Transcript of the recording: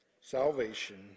salvation